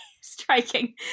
striking